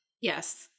Yes